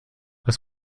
muss